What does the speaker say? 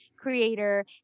creator